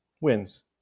wins